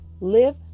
Live